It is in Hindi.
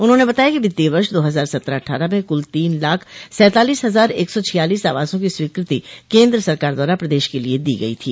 उन्होंने बताया कि वित्तीय वर्ष दो हजार सत्रह अट्ठारह में कुल तीन लाख सैतालीस हजार एक सौ छियालीस आवासों की स्वीकृति केन्द्र सरकार द्वारा प्रदेश के लिए दी गयी थी